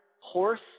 horse